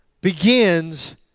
begins